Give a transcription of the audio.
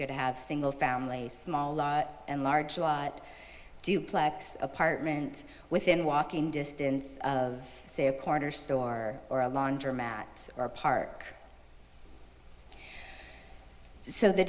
could have single family small and large duplex apartment within walking distance of say a corner store or a laundromat or park so the